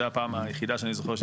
זו הפעם היחידה שאני זוכר,